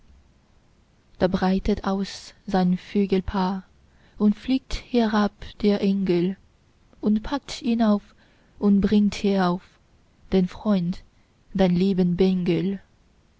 da breitet aus sein flügelpaar und fliegt herab der engel und packt ihn auf und bringt herauf den freund den lieben bengel